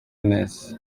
neza